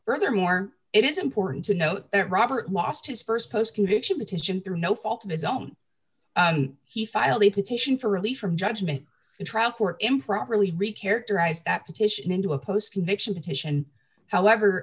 furthermore it is important to note that robert lost his st post conviction petition through no fault of his own he filed a petition for relief from judgment the trial court improperly re characterize that petition into a post conviction